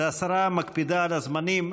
השרה מקפידה על הזמנים,